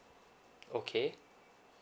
okay